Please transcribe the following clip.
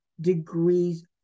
degrees